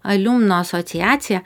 aliumnų asociacija